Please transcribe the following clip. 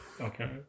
okay